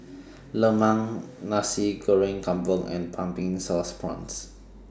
Lemang Nasi Goreng Kampung and Pumpkin Sauce Prawns